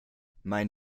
mein